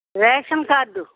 ration card